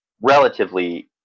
relatively